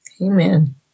Amen